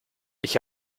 ich